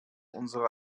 unsere